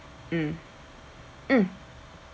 mm mm